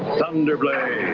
thunder blade,